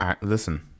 Listen